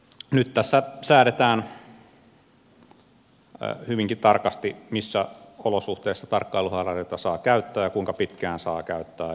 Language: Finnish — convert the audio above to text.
nyt tässä säädetään hyvinkin tarkasti missä olosuhteissa tarkkailuhaalareita saa käyttää ja kuinka pitkään saa käyttää